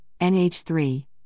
NH3